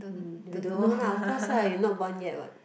hmm you don't know lah of course lah you not born yet what